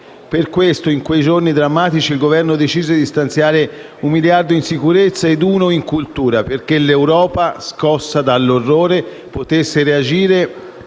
Per questo in quei giorni drammatici il Governo decise di stanziare un miliardo in sicurezza ed uno in cultura, perché l'Europa, scossa dall'orrore, potesse reagire